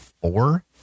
Four